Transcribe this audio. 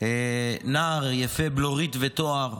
נער יפה בלורית ותואר,